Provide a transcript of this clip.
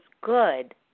good